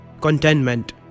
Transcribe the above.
contentment